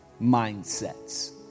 Mindsets